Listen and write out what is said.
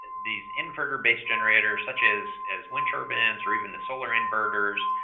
these inverter-based generators such as as wind turbines or even the solar inverters,